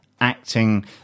acting